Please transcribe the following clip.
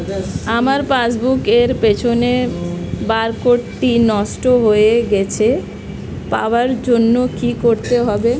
আমার পাসবুক এর পিছনে বারকোডটি নষ্ট হয়ে গেছে সেটি নতুন করে পাওয়ার জন্য কি করতে হবে?